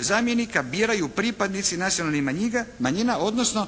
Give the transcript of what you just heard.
zamjenika biraju pripadnici nacionalnih manjina, odnosno